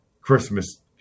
Christmas